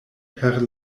per